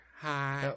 Hi